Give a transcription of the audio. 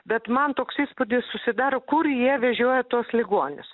bet man toks įspūdis susidaro kur jie vežioja tuos ligonius